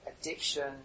addiction